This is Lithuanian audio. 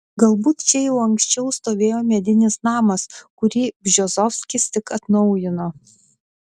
galbūt čia jau anksčiau stovėjo medinis namas kurį bžozovskis tik atnaujino